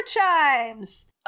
chimes